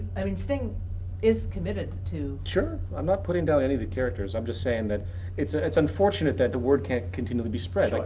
i mean sting is committed to. sure. i'm not putting down any of the characters. i'm just saying that it's ah it's unfortunate that the word can't continue to be spread.